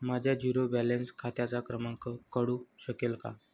माझ्या zero balance खात्याचा क्रमांक कळू शकेल का?